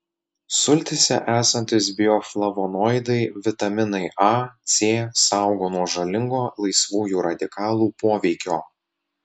sultyse esantys bioflavonoidai vitaminai a c saugo nuo žalingo laisvųjų radikalų poveikio